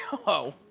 oh,